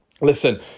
listen